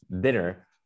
dinner